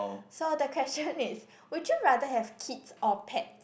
so the question is would you rather have kids or pets